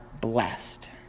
blessed